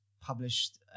published